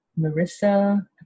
Marissa